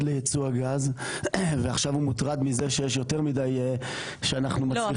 לייצוא הגז ועכשיו הוא מוטרד מזה שאנחנו מצליחים --- לא,